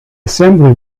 assembly